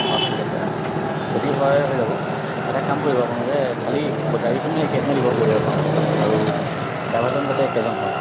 অ' ঠিক আছে অঁ যদি হয় হৈ যাব এটা কাম কৰিব আপোনালোকে খালি গাড়ীখনে একেখনেই দিব ব'লেৰ'খন আৰু ড্ৰাইভাৰজন যাতে একেজন হয়